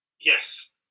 Yes